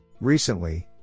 Recently